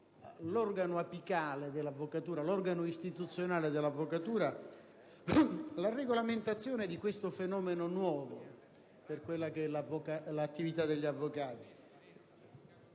all'organo apicale dell'avvocatura, all'organo istituzionale dell'avvocatura, la regolamentazione di questo fenomeno nuovo per l'attività degli avvocati: